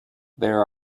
there